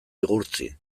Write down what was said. igurtzi